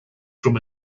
from